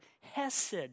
hesed